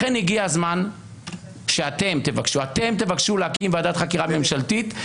לכן הגיע הזמן שאתם תבקשו להקים ועדת חקירה ממשלתית,